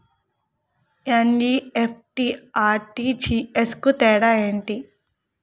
NEFT, RTGS కు తేడా ఏంటి?